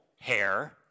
hair